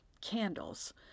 candles